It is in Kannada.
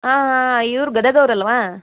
ಹಾಂ ಹಾಂ ಇವ್ರು ಗದಗ್ ಅವ್ರು ಅಲ್ಲವಾ